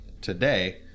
today